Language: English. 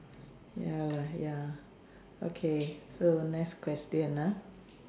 ya lah ya okay so next question ya